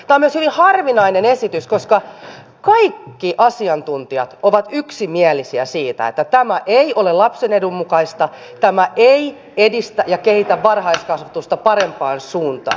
tämä on myös hyvin harvinainen esitys koska kaikki asiantuntijat ovat yksimielisiä siitä että tämä ei ole lapsen edun mukaista tämä ei edistä ja kehitä varhaiskasvatusta parempaan suuntaan